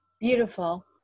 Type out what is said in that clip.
Beautiful